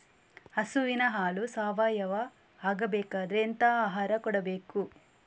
ಹಸುವಿನ ಹಾಲು ಸಾವಯಾವ ಆಗ್ಬೇಕಾದ್ರೆ ಎಂತ ಆಹಾರ ಕೊಡಬೇಕು?